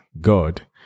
God